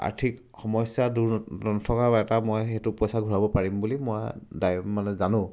আৰ্থিক সমস্যা দূৰ নথকা এটা মই সেইটো পইচা ঘূৰাব পাৰিম বুলি মই মানে জানো